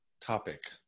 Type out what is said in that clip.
topic